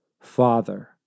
Father